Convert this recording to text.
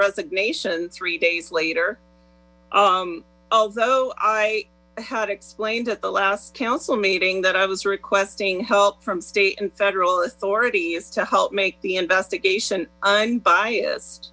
resignation three days later although i had explained at the last council meeting that i was requesting help from state and federal authorities to help make the investigation unbiased